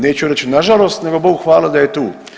Neću reći nažalost nego Bogu hvala da je tu.